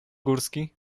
górski